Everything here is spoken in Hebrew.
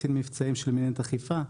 קצין מבצעים של מנהלת האכיפה.